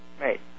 Right